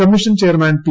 commission chairman P